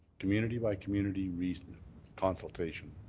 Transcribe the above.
community by community reason consultation.